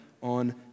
on